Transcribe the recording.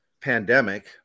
pandemic